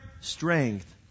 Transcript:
strength